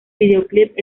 videoclip